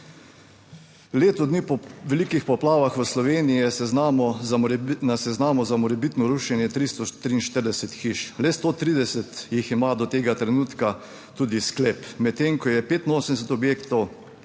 Leto dni po velikih poplavah v Sloveniji je seznam za morebiti, na seznamu za morebitno rušenje, 343 hiš. Le 130 jih ima do tega trenutka tudi sklep, medtem ko je 85 objektov